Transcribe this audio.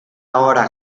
ahora